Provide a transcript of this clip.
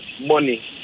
money